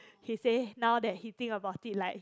he say now that he think about it like he